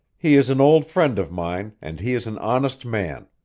he is an old friend of mine and he is an honest man.